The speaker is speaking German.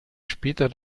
später